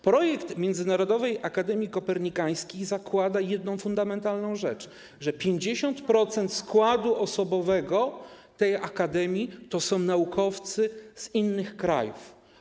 Projekt Międzynarodowej Akademii Kopernikańskiej zakłada jedną, fundamentalną rzecz: to, że 50% składu osobowego tej akademii to naukowcy z innych krajów.